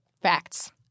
Facts